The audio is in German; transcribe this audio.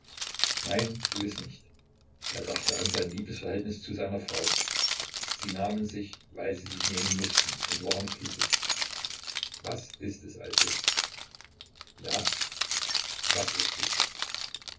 nein gewiß nicht er dachte an sein liebesverhältnis zu seiner frau sie nahmen sich weil sie sich nehmen mußten und waren glücklich was ist es also ja was ist es